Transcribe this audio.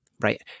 right